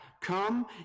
come